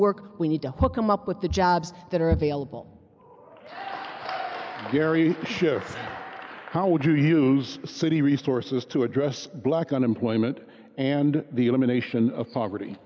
work we need to hook them up with the jobs that are available gary how would you use city resources to address black unemployment and the elimination of poverty